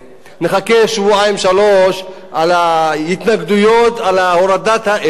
נחכה שבועיים-שלושה להתנגדויות על הורדת העץ.